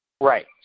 Right